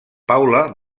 paula